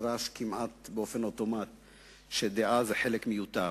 נדרש כמעט באופן אוטומטי לכך שדעה היא חלק מיותר,